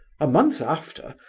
a month after,